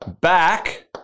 back